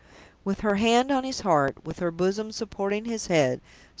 with her hand on his heart, with her bosom supporting his head,